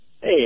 Hey